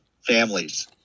families